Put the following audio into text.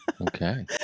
okay